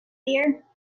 dear